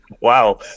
Wow